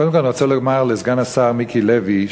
קודם כול אני רוצה לומר לסגן השר מיקי לוי,